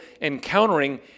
encountering